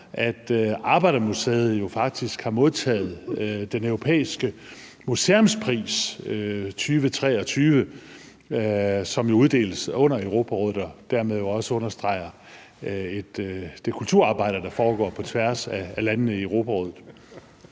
at Arbejdermuseet faktisk har modtaget Den Europæiske Museumspris 2023, som jo uddeles under Europarådet og dermed også understreger det kulturarbejde, der foregår på tværs af landene i Europarådet.